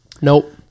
Nope